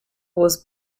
was